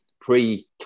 pre